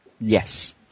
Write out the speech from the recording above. Yes